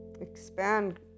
expand